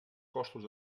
costos